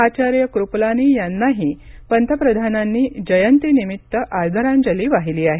आचार्य कृपलानी यांनाही पंतप्रधानांनी जयंतीनिमित्त आदरांजली वाहिली आहे